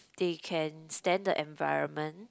they can stand the environment